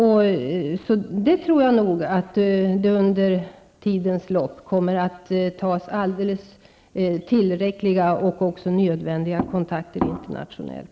Jag tror att det kommer att tas tillräckliga och nödvändiga kontakter internationellt.